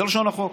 זה לשון החוק.